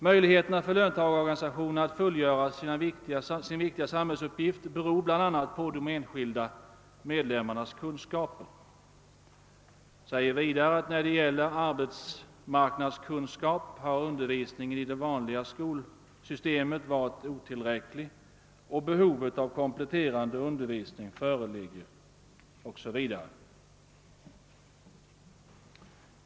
Möjligheterna för löntagarorganisationerna att fullgöra sin viktiga samhällsuppgift beror bl.a. på de enskilda medlemmarnas kunskaper. Statsrådet framhåller vidare att när det gäller arbetsmarknadskunskap har undervisningen i det vanliga skolsystemet varit otillräcklig. Behov av kompletterande undervisning föreligger 0. S. V.